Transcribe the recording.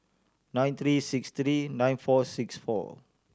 nine three six three nine four six four